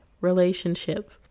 relationship